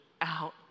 out